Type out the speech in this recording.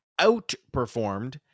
outperformed